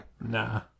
Nah